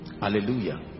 Hallelujah